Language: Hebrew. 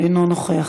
אינו נוכח,